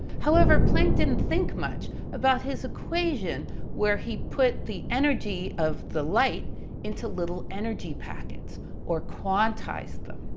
however, planck didn't think much about his equation where he put the energy of the light into little energy packets or quantized them.